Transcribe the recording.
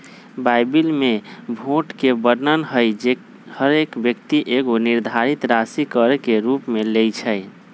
Bible में भोट के वर्णन हइ जे हरेक व्यक्ति एगो निर्धारित राशि कर के रूप में लेँइ छइ